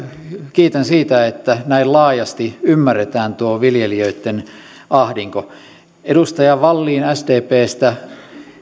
kiitän siitä että näin laajasti ymmärretään tuo viljelijöitten ahdinko edustaja wallin sdpstä